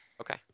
Okay